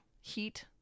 heat